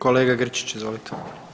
Kolega Grčić, izvolite.